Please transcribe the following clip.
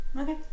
Okay